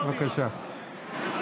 בבקשה.